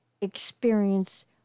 experience